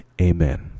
Amen